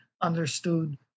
understood